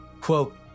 Quote